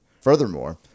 Furthermore